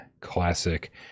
classic